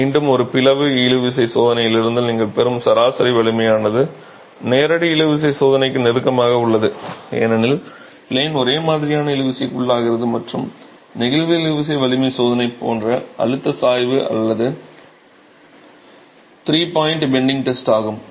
மீண்டும் ஒரு பிளவு இழுவிசை சோதனையிலிருந்து நீங்கள் பெறும் சராசரி வலிமையானது நேரடி இழுவிசை சோதனைக்கு நெருக்கமாக உள்ளது ஏனெனில் ப்ளேன் ஒரே மாதிரியான இழுவிசைக்கு உள்ளாகிறது மற்றும் நெகிழ்வு இழுவிசை வலிமை சோதனை போன்ற அழுத்த சாய்வு அல்ல த்ரீ பாய்ன்ட் பெண்டிங்க் டெஸ்ட் ஆகும்